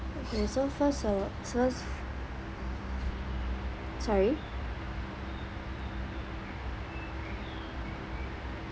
okay so first of first sorry